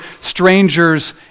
strangers